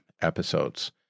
episodes